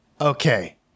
Okay